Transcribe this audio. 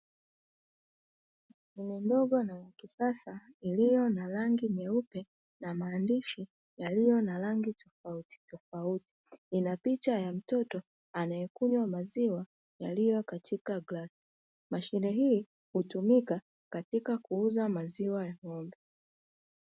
Ndogo ya kisasa iliyo na rangi nyeupe na maandishi yaliyo na rangi tofautitofauti ina picha ya mtoto anayekunywa maziwa yaliyo katika glasi, mashine hii hutumika katika kuuza maziwa ya ng'ombe.